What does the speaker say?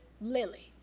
Lily